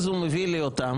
אז הוא הביא לי אותם,